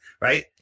right